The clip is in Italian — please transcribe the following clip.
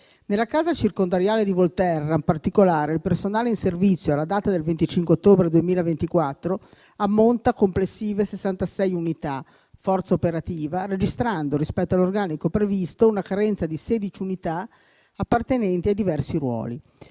Nella casa circondariale di Volterra, il personale in servizio alla data del 25 ottobre 2024 ammonta a complessive 66 unità di forza operativa, registrando, rispetto all'organico previsto, una carenza di 16 unità appartenenti ai diversi ruoli.